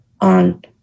on